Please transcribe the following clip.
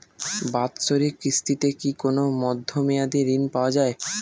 বাৎসরিক কিস্তিতে কি কোন মধ্যমেয়াদি ঋণ পাওয়া যায়?